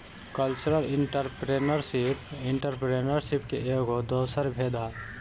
cultural entrepreneurship entrepreneurship के एगो दोसर भेद ह